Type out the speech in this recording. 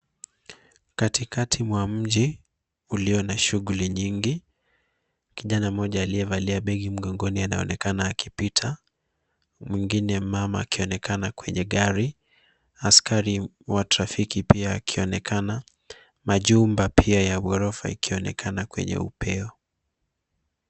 Katikati mwa mji ulio na shughuli nyingi, kijana mmoja aliyevalia begi mgongoni anaonekana akipita. Mwingine mama akionekana kwenye gari. Askari wa trafiki pia akionekana, majumba pia ya ghorofa ikionekana kwenye upeo.